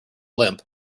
limp